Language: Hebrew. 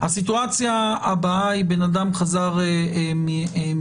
הסיטואציה הבאה היא בן אדם חזר מחו"ל,